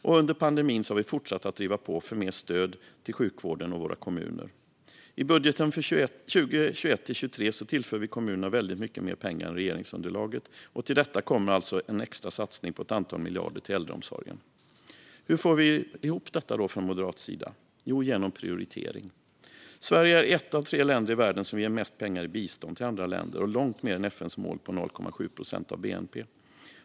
Och under pandemin har vi fortsatt att driva på för mer stöd till sjukvården och våra kommuner. I budgeten för 2021-2023 tillför vi kommunerna väldigt mycket mer pengar än regeringsunderlaget. Till detta kommer alltså en extra satsning på ett antal miljarder till äldreomsorgen. Hur får vi från Moderaterna då ihop detta? Jo, det får vi genom prioritering. Sverige är ett av tre länder i världen som ger mest pengar i bistånd till andra länder och långt mer än FN:s mål på 0,7 procent av bnp.